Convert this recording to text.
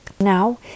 Now